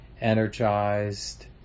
energized